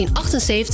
1978